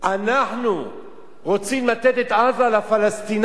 אנחנו רוצים לתת את עזה לפלסטינים